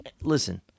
Listen